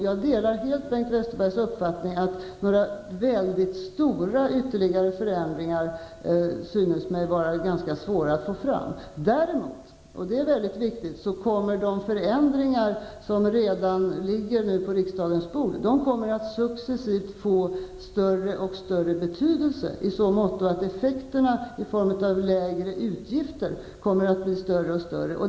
Jag delar helt Bengt Westerbergs uppfattning: några väldigt stora ytterligare förändringar synes mig vara ganska svåra att få fram. Däremot, och det är viktigt, kommer de förändringar som redan nu ligger på riksdagens bord att successivt få större och större betydelse, i så måtto att effekterna i form av lägre utgifter kommer att bli större och större.